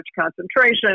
concentration